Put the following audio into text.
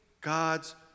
God's